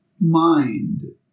mind